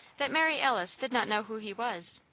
that mary alice did not know who he was.